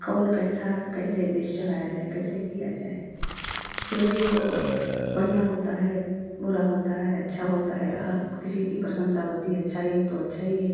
कौन कैसा कैसे देश चलाया जाए कैसे किया जाए फिर भी जो बढ़िया होता है बुरा होता है अच्छा होता है हर किसी की प्रशंसा होती है अच्छा ही है तो अच्छा ही है